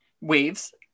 waves